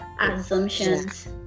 assumptions